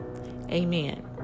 Amen